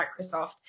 Microsoft